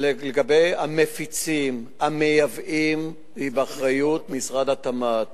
לגבי המפיצים, המייבאים, היא של משרד התמ"ת.